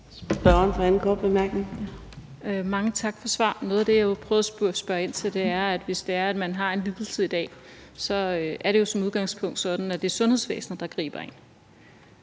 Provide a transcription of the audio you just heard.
Marlene Harpsøe (DD): Mange tak for svar. Noget af det, jeg prøvede at spørge ind til, er, at hvis det er, man har en lidelse i dag, er det jo som udgangspunkt sådan, at det er sundhedsvæsenet, der griber en.